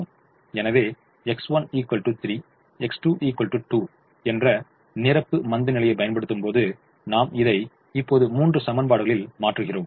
எனவே X1 3 X2 2 என்ற நிரப்பு மந்தநிலையைப் பயன்படுத்தும்போது நாம் இதை இப்போது மூன்று சமன்பாடுகளில் மாற்றுகிறோம்